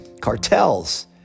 cartels